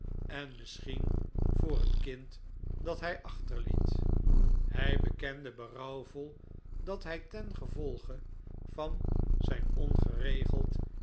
en misschien voor het kind dat hij achterliet hij bekende berouwvol dat hij tengevolge van zijn ongeregeld